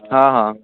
ਹਾਂ ਹਾਂ